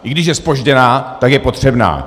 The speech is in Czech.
I když je zpožděná, tak je potřebná.